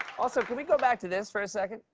also, can we go back to this for a second?